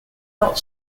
not